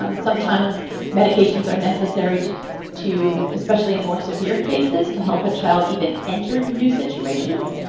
um and sometimes medications are necessary to to especially in more severe cases to help a child even enter new situations,